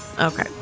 Okay